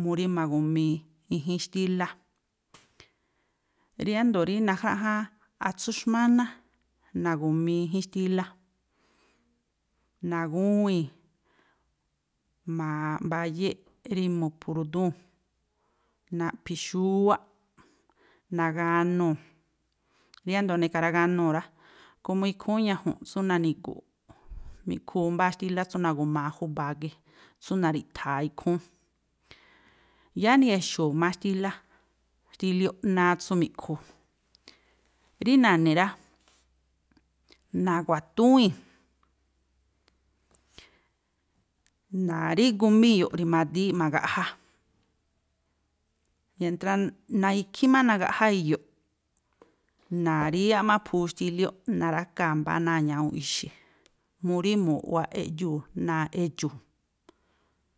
mu rí ma̱gu̱mii i̱jín xtílá. Riándo̱ rí najráꞌjáán atsú xmáná nagu̱mii ijín xtílá, na̱gúwíi̱n, mbayéꞌ rí mu̱phu̱ ru̱dúu̱n, naꞌphi̱ xúwáꞌ, naganuu̱, riándo̱ ne̱ka̱ raganuu̱ rá, komo ikhúún ñaju̱nꞌ tsú nani̱gu̱ꞌ mi̱ꞌkhuu mbáá xtílá tsú nagu̱maa júba̱a gii̱, tsú na̱ri̱ꞌtha̱a̱ ikhúún, yáá ni̱ya̱xu̱u̱ má xtílá, xtílióꞌ náá tsú mi̱ꞌkhuu. Rí na̱ni̱ rá, na̱wa̱túwíi̱n, na̱rígu má iyo̱ꞌ rimadííꞌ ma̱gaꞌjá, mientra, ikhí má nagaꞌjá iyo̱ꞌ, na̱ríyáꞌ má aphuu xtílióꞌ, na̱rákaa̱ mbá náa̱ ñawúúnꞌ ixi̱ mu rí mu̱ꞌwaꞌ eꞌdxuu̱ náa̱ edxu̱u̱.